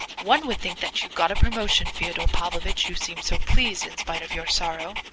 one would think that you'd got a promotion, fyodor pavlovitch, you seem so pleased in spite of your sorrow,